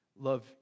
love